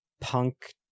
punk-